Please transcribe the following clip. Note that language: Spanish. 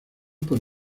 por